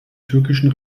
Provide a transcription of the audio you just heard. türkischen